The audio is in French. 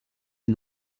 est